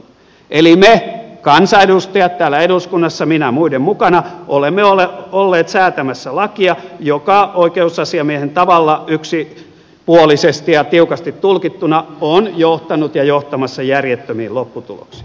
eli me kansanedustajat täällä eduskunnassa minä muiden mukana olemme olleet säätämässä lakia joka oikeusasiamiehen tavalla yksipuolisesti ja tiukasti tulkittuna on johtanut ja johtamassa järjettömiin lopputuloksiin